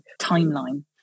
timeline